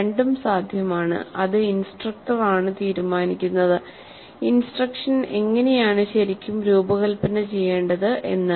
രണ്ടും സാധ്യമാണ് അത് ഇൻസ്ട്രക്ടർ ആണ് തീരുമാനിക്കുന്നത് ഇൻസ്ട്രക്ഷൻ എങ്ങിനെയാണ് ശരിക്കും രൂപകൽപ്പന ചെയ്യേണ്ടത് എന്ന്